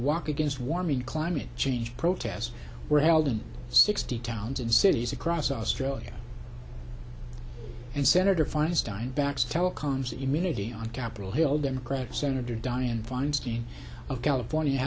walk against warming climate change protests were held in sixty towns and cities across australia and senator feinstein backs telecom's immunity on capitol hill democratic senator dianne feinstein of california